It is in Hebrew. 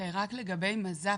רק לגבי מז"פ,